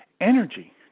energy